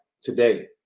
today